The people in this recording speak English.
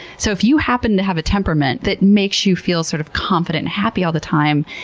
so if you happen to have a temperament that makes you feel, sort of, confident and happy all the time,